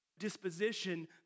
disposition